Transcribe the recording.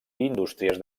indústries